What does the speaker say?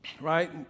right